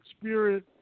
spirit